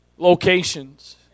locations